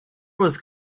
was